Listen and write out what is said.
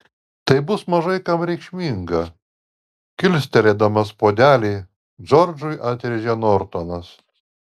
tai bus mažai kam reikšminga kilstelėdamas puodelį džordžui atrėžė nortonas